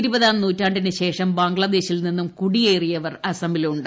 ഇരുപതാം നൂറ്റാണ്ടിന് ശേഷം ബംഗ്ലാദേശിൽ നിന്നും കുടിയേറിയവർ അസമിലുണ്ട്